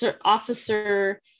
Officer